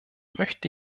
möchte